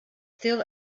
still